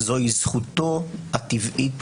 זוהי זכותו הטבעית